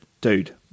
dude